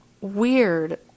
weird